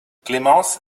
clémence